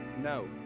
No